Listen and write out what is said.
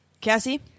Cassie